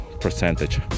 percentage